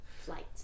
flight